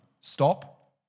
stop